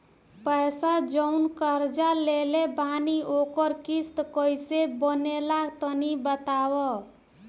पैसा जऊन कर्जा लेले बानी ओकर किश्त कइसे बनेला तनी बताव?